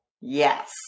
yes